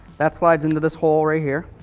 that slides into this hole right here,